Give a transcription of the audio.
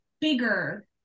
bigger